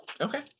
Okay